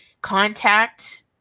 contact